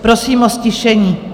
Prosím o ztišení.